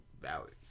valid